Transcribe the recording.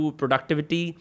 productivity